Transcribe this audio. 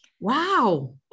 wow